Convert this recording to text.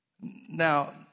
Now